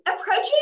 approaching